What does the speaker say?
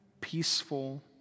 peaceful